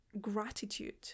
gratitude